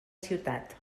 ciutat